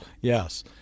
Yes